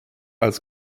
als